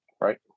Right